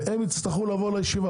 והם יצטרכו לבוא לישיבה.